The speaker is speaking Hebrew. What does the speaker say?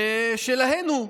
ששלהן הוא.